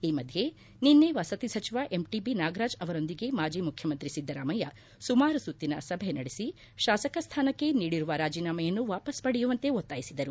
ಈ ಮಧ್ಯೆ ನಿನ್ನೆ ವಸತಿ ಸಚಿವ ಎಂಟಿಬಿ ನಾಗರಾಜ್ ಅವರೊಂದಿಗೆ ಮಾಜಿ ಮುಖ್ಯಮಂತ್ರಿ ಸಿದ್ದರಾಮಯ್ಯ ಸುಮಾರು ಸುತ್ತಿನ ಸಭೆ ನಡೆಸಿ ಶಾಸಕ ಸ್ಥಾನಕ್ಕೆ ನೀಡಿರುವ ರಾಜೀನಾಮೆಯನ್ನು ವಾಪಸ್ ಪಡೆಯುವಂತೆ ಒತ್ತಾಯಿಸಿದರು